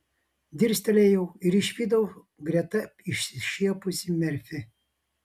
dirstelėjau ir išvydau greta išsišiepusį merfį